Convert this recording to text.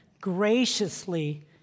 graciously